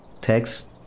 text